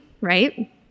right